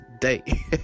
day